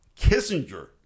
Kissinger